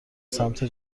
سمت